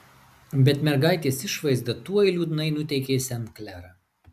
bet mergaitės išvaizda tuoj liūdnai nuteikė sen klerą